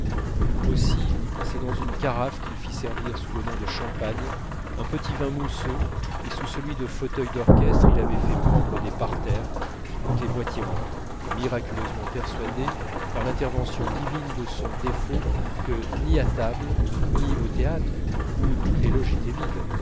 aussi c'est dans une carafe qu'il fit servir sous le nom de champagne un petit vin mousseux et sous celui de fauteuils d'orchestre il avait fait prendre des parterres qui coûtaient moitié moins miraculeusement persuadé par l'intervention divine de son défaut que ni à table ni au théâtre où toutes les loges étaient vides